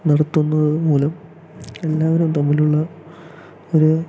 നടത്തുന്നത് മൂലം എല്ലാവരും തമ്മിലുള്ള ഒരു